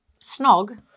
snog